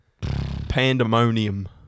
pandemonium